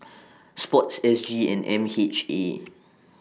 Sports S G and M H A